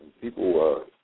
people